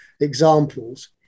examples